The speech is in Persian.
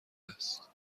است